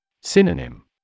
Synonym